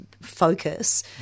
focus